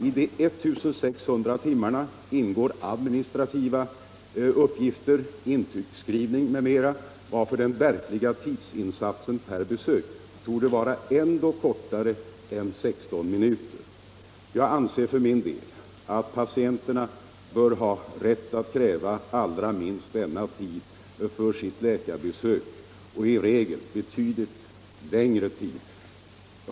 I de 1 600 timmarna ingår administrativa uppgifter, intygsskrivning m.m., varför den verkliga tidsinsatsen per besök torde vara ännu kortare än 16 minuter. Jag anser för min del att patienterna bör ha rätt att kräva minst denna tid för sitt läkarbesök och i regel betydligt längre tid.